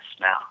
now